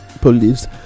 police